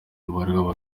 umubare